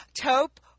taupe